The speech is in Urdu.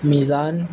میزان